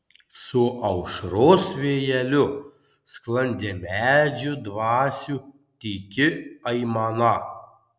su aušros vėjeliu sklandė medžių dvasių tyki aimana